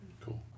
Cool